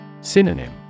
Synonym